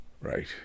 Right